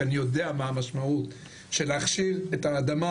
כי אני יודע מה המשמעות של להכשיר את האדמה